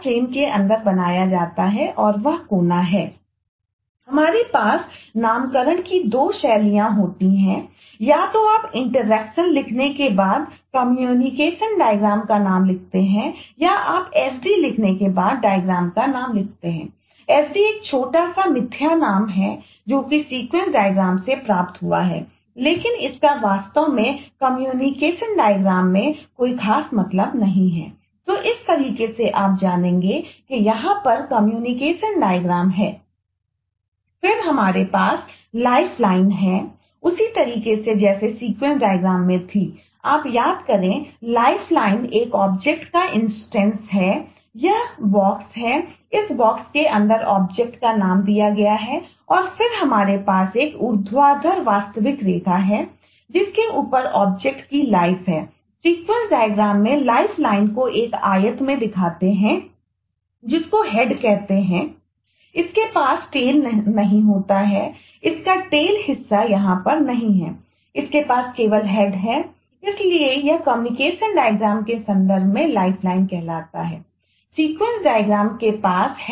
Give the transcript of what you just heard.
फिर हमारे पास लाइफलाइनकहलाता है